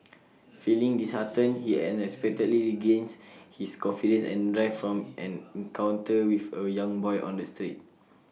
feeling disheartened he unexpectedly regains his confidence and drive from an encounter with A young boy on the street